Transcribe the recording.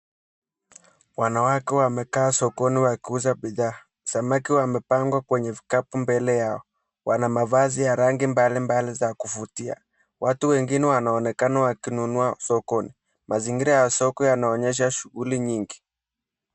Wanawake wamekaa sokoni wakiuza bidhaa. Samaki wamepangwa kwenye vikapu mbele yao, wana mavazi ya rangi mbali mbali za kuvutia, watu wengine wanaonekana wakinunua sokoni. Mazingira ya soko yanaonyesha shughuli nyingi.